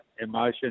emotion